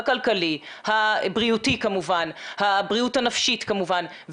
הכלכלי, הבריאותי כמובן, הבריאות הנפשית כמובן.